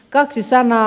kaksi sanaa